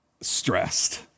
stressed